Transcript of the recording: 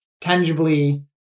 tangibly